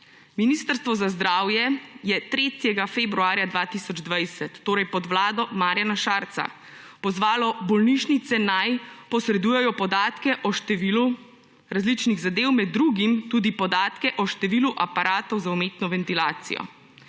»Ministrstvo za zdravje je 3. februarja 2020« – torej pod vlado Marjana Šarca – »pozvalo bolnišnice, naj posredujejo podatke o številu različnih zadev, med drugim tudi podatke o številu aparatov za umetno ventilacijo«.